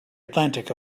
atlantic